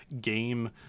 game